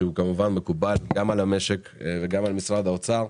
שמקובל גם על המשק וגם על משרד האוצר.